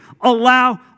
allow